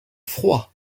froid